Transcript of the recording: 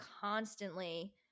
constantly